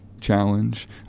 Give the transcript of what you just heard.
challenge